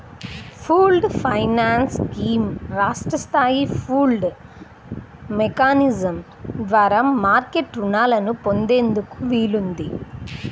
pooled finance scheme రాష్ట్ర స్థాయి pooled mechanism ద్వారా మార్కెట్ రుణాలను పొందేందుకు వీలుంది